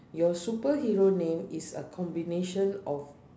your superhero name is a combination of